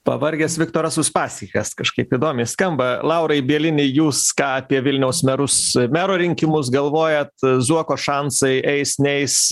pavargęs viktoras uspaskichas kažkaip įdomiai skamba laurai bielini jūs ką apie vilniaus merus mero rinkimus galvojat zuoko šansai eis neis